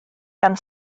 gan